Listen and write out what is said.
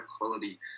quality